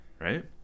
Right